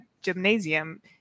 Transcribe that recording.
gymnasium